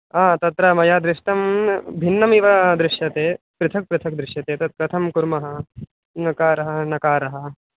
हा तत्र मया दृष्टं भिन्नमिव दृश्यते पृथक् पृथक् दृश्यते तत् कथं कुर्मः ञकारः णकारः